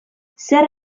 zer